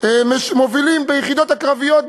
מובילים ביחידות הקרביות,